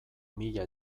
mila